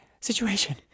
situation